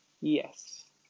yes